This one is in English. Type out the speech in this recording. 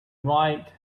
right